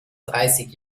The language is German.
dreißig